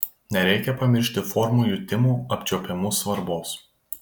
nereikia pamiršti formų jutimo apčiuopimu svarbos